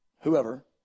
whoever